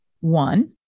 One